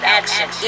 action